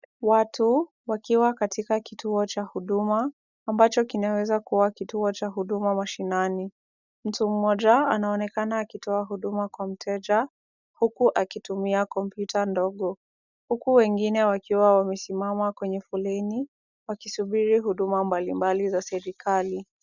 Watu wakiwa katika kituo cha huduma, ambacho kinaweza kuwa kituo cha huduma mashinani. Mtu mmoja anaonekana akitoa huduma kwa mteja huku akitumia kompyuta ndogo, huku wengine wakiwa wamesimama kwenye foleni, wakisubiri huduma mbali mbali za serikali.